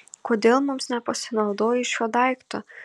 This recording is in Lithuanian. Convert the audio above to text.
kodėl mums nepasinaudojus šiuo daiktu